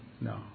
no